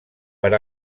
per